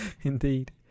Indeed